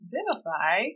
Vivify